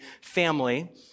family